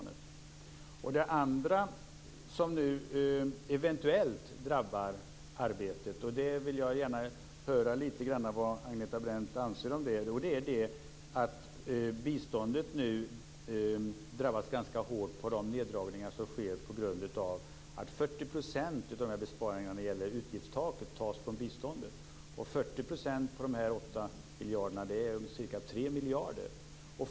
Det finns en annan sak som eventuellt drabbar arbetet. Jag vill gärna höra lite grann om vad Agneta Brendt anser om det. Biståndet drabbas nu ganska hårt av de neddragningar som sker på grund av att 40 % av besparingarna när det gäller utgiftstaket tas från biståndet. 40 % av de 8 miljarderna är ca 3 miljarder.